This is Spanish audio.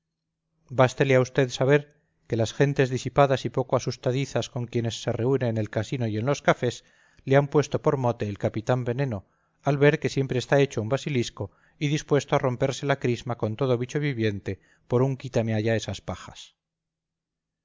bástele a usted saber que las gentes disipadas y poco asustadizas con quienes se reúne en el casino y en los cafés le han puesto por mote el capitán veneno al ver que siempre está hecho un basilisco y dispuesto a romperse la crisma con todo bicho viviente por un quítame allá esas pajas